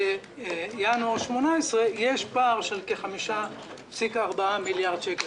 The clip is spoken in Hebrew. בינואר 2018 יש פער של כ-5.4 מיליארד שקל.